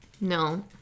No